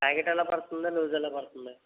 packet ఎలా పడుతుంది loose ఎలా పడుతుంది